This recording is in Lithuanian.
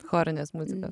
chorinės muzikos